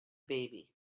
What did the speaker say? baby